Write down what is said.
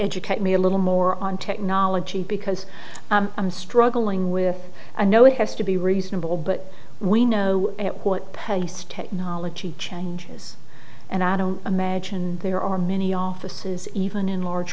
educate me a little more on technology because i'm struggling with i know it has to be reasonable but we know at what pace technology changes and i don't imagine there are many offices even in large